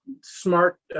smart